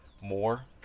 more